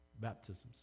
baptisms